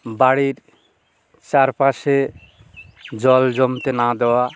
বাড়ির চারপাশে জল জমতে না দেওয়া